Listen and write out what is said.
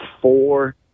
four